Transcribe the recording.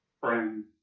friends